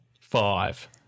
five